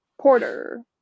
Porter